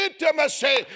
intimacy